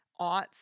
aughts